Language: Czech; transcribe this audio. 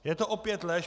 Je to opět lež.